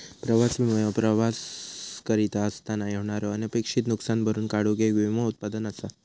प्रवास विमो ह्यो प्रवास करीत असताना होणारे अनपेक्षित नुसकान भरून काढूक येक विमो उत्पादन असा